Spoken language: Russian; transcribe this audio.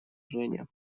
женя